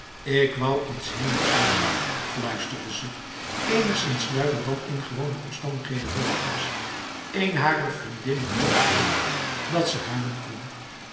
ik wou in s hemelsnaam maar fluisterde ze enigszins luider dan in gewone omstandigheden nodig was een harer vriendinnen in het oor dat ze huilen konf